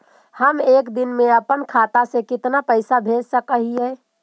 हम एक दिन में अपन खाता से कितना पैसा भेज सक हिय?